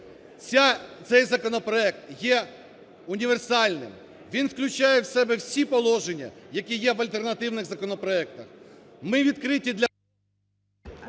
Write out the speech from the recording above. Цей законопроект є універсальним, він включає в себе всі положення, які є в альтернативних законопроектах. Ми відкриті для…